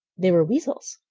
they were weasels,